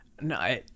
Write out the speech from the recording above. No